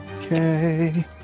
Okay